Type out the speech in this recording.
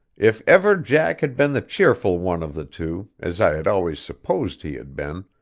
if ever jack had been the cheerful one of the two, as i had always supposed he had been,